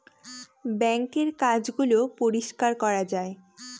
বাঙ্কের কাজ গুলো পরিষ্কার করা যায়